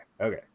okay